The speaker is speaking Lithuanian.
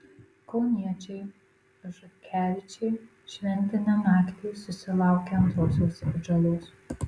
kauniečiai žotkevičiai šventinę naktį susilaukė antrosios atžalos